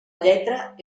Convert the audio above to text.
lletra